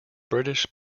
british